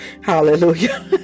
hallelujah